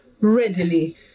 readily